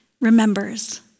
remembers